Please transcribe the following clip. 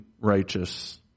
righteous